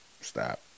stop